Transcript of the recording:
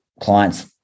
clients